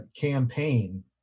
campaign